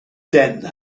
den